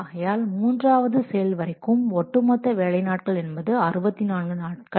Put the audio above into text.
ஆகையால் மூன்றாவது செயல் வரைக்கும் ஒட்டுமொத்த வேலை நாட்கள் என்பது 64 நாட்கள்